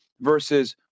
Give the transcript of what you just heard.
versus